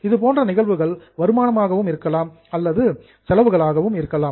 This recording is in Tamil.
இதுபோன்ற நிகழ்வுகள் இன்கம் வருமானமாகவும் இருக்கலாம் அல்லது எக்பென்ஸ் செலவுகளாகவும் இருக்கலாம்